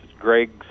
Greg